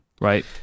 right